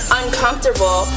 uncomfortable